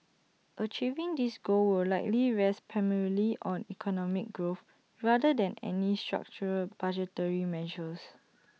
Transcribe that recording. achieving this goal will likely rest primarily on economic growth rather than any structural budgetary measures